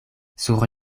sur